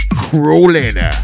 crawling